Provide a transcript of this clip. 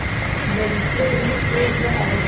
मनखे ऋण कोन स आय?